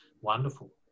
wonderful